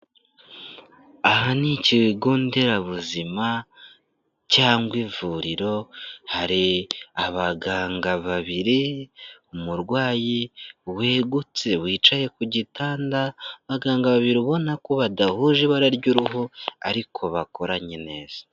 Aha ni ikigo nderabuzima cyangwa ivuriro, hari abaganga babiri umurwayi wegutse wicaye ku gitanda, abaganga babiri ubona ko badahuje ibara ry'uruhu ariko bakoranye neza.